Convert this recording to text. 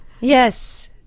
Yes